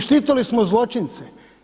Štitili smo zločince.